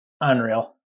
Unreal